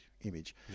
image